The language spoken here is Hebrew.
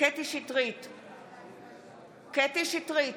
קטי קטרין שטרית,